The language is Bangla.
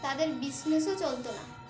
তাদের বিজনেসও চলতো না